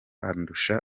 andusha